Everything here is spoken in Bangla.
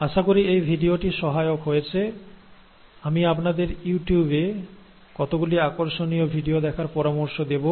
আশা করি এই ভিডিওটি সহায়ক হয়েছে আমি আপনাদের ইউটিউব এ কতগুলি আকর্ষণীয় ভিডিও দেখার পরামর্শ দেব